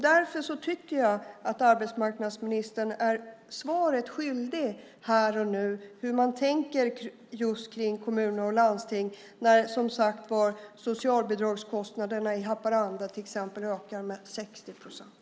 Därför tycker jag att arbetsmarknadsministern är svaret skyldig här och nu om hur man tänker när det gäller kommuner och landsting. Socialbidragskostnaderna ökar till exempel i Haparanda med 60 procent.